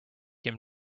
him